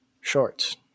shorts